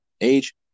age